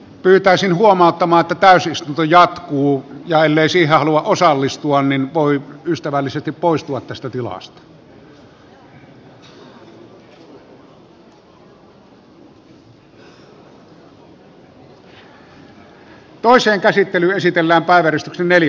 huomautan että täysistunto jatkuu ja ellei siihen halua osallistua niin voi ystävällisesti poistua tästä tilasta